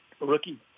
rookie